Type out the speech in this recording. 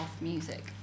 music